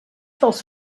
dels